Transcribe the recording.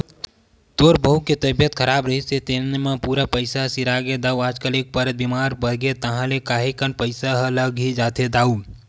तोर बहू के तबीयत खराब रिहिस तेने म पूरा पइसा ह सिरागे दाऊ आजकल एक पइत बेमार परगेस ताहले काहेक कन पइसा ह लग ही जाथे दाऊ